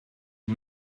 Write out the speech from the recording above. you